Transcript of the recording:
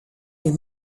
les